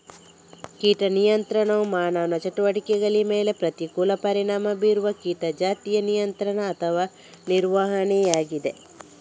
ಕೀಟ ನಿಯಂತ್ರಣವು ಮಾನವ ಚಟುವಟಿಕೆಗಳ ಮೇಲೆ ಪ್ರತಿಕೂಲ ಪರಿಣಾಮ ಬೀರುವ ಕೀಟ ಜಾತಿಯ ನಿಯಂತ್ರಣ ಅಥವಾ ನಿರ್ವಹಣೆಯಾಗಿದೆ